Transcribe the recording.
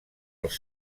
els